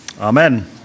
Amen